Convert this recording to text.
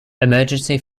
emergency